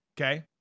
Okay